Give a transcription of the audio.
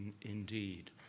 indeed